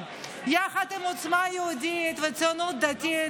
יחד עם עוצמה יהודית והציונות הדתית,